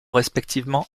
respectivement